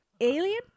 alien